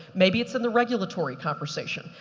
maybe it's in the regulatory conversation.